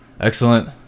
Excellent